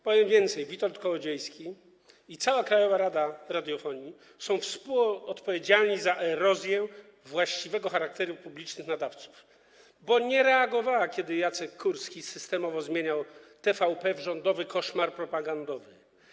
Powiem więcej, Witold Kołodziejski i cała Krajowa Rada Radiofonii i Telewizji są współodpowiedzialni za erozję właściwego charakteru publicznych nadawców, bo nie reagowała, kiedy Jacek Kurski systemowo zmieniał TVP w rządowy koszmar propagandowy.